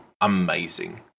amazing